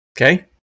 Okay